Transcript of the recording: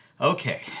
Okay